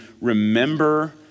remember